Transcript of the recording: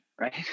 right